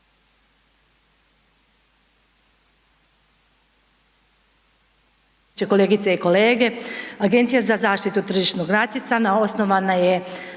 Hvala.